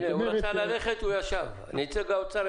נציג האוצר רצה ללכת, הוא ישב חזרה.